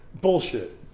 bullshit